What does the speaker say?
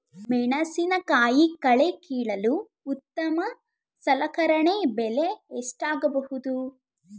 ಮೆಣಸಿನಕಾಯಿ ಕಳೆ ಕೀಳಲು ಉತ್ತಮ ಸಲಕರಣೆ ಬೆಲೆ ಎಷ್ಟಾಗಬಹುದು?